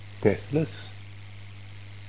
deathless